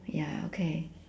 ya okay